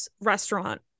restaurant